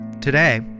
Today